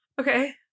Okay